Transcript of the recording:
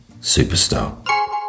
Superstar